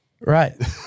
right